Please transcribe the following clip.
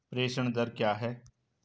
प्रेषण दर क्या है?